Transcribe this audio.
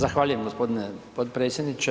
Zahvaljujem gospodine potredsjedniče.